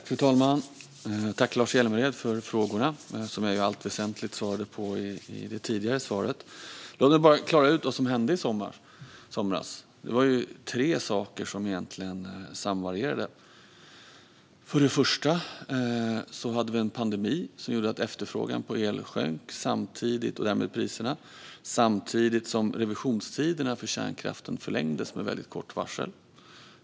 Fru talman! Tack, Lars Hjälmered, för frågorna, som jag i allt väsentligt svarade på i det tidigare anförandet. Låt mig bara klara ut vad som hände i somras! Det var tre saker som egentligen samvarierade. Vi hade en pandemi som gjorde att efterfrågan på el sjönk och därmed priserna. Samtidigt förlängdes revisionstiderna för kärnkraften med väldigt kort varsel.